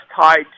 tied